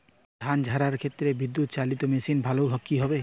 ধান ঝারার ক্ষেত্রে বিদুৎচালীত মেশিন ভালো কি হবে?